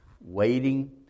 waiting